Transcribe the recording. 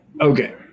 Okay